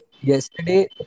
yesterday